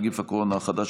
נגיף הקורונה החדש),